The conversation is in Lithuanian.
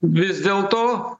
vis dėlto